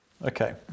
Okay